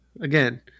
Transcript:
again